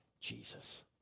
Jesus